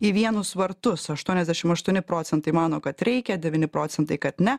į vienus vartus aštuonisdešimt aštuoni procentai mano kad reikia devyni procentai kad ne